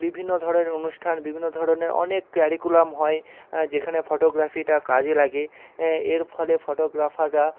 বিভিন্ন ধরনের অনুষ্ঠান বিভিন্ন ধরনের অনেক কারিকুলাম হয় যেখানে ফটোগ্রাফিটা কাজে লাগে এর ফলে ফটোগ্রাফাররা